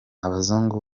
abazungu